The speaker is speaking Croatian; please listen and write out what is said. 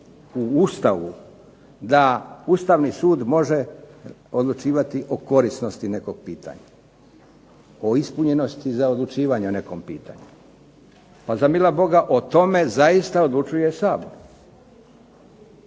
u Ustavu da Ustavni sud može odlučivati o korisnosti nekog pitanja, o ispunjenosti za odlučivanje o nekom pitanju. Pa za mila Boga o tome zaista odlučuje Sabor.